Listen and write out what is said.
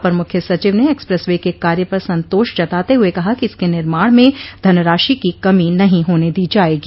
अपर मुख्य सचिव ने एक्सप्रेस वे के कार्य पर सन्तोष जताते हुए कहा कि इसके निर्माण में धनराशि की कमी नहीं होने दी जायेगी